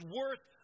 worth